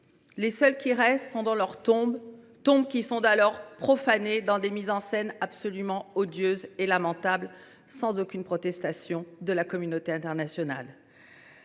Les seuls qui restent sont dans leurs tombes, d’ailleurs profanées dans des mises en scène absolument odieuses et lamentables, sans aucune protestation de la communauté internationale.